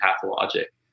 pathologic